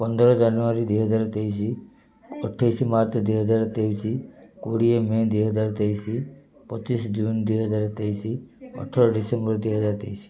ପନ୍ଦର ଜାନୁଆରୀ ଦୁଇହଜାର ତେଇଶି ଅଠେଇଶି ମାର୍ଚ୍ଚ ଦୁଇହଜାର ତେଇଶି କୋଡ଼ିଏ ମେ ଦୁଇହଜାର ତେଇଶି ପଚିଶି ଜୁନ ଦୁଇହଜାର ତେଇଶି ଅଠର ଡିସେମ୍ବର ଦୁଇହଜାର ତେଇଶି